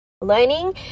learning